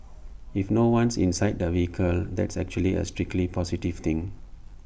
if no one's inside the vehicle that's actually A strictly positive thing